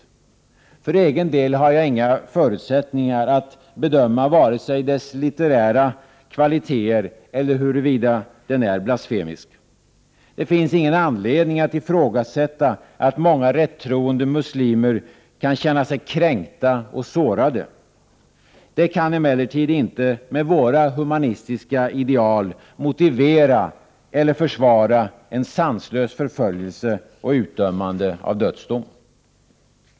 För egen del har jag inga förutsättningar att bedöma vare sig dess litterära kvaliteter eller huruvida den är blasfemisk. Det finns ingen anledning att ifrågasätta att många rättroende muslimer kan känna sig kränkta och sårade. Det kan emellertid inte med våra humanistiska ideal motivera eller försvara en sanslös förföljelse och utdömande av dödsdom.